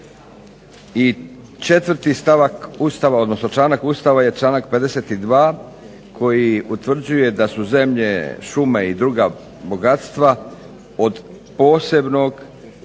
I četvrti članak Ustava je članak 52. koji utvrđuje da su zemlje, šume i druga bogatstva od posebnog